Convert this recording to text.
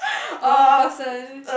wrong person